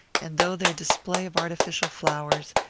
and though their display of artificial flowers,